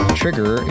trigger